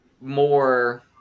more